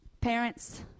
Parents